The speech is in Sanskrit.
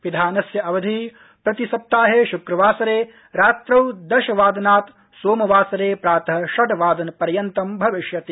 पिधानस्य अवधि प्रतिसप्ताहे शुक्रवासरे रात्रौ दशवादनात् सोमवासरे प्रात षड्वादन पर्यन्तं भविष्यति